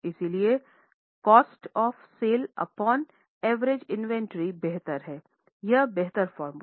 इसलिए cost of sales upon average inventory बेहतर हैं या बेहतर फ़ॉर्मूला है